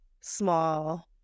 small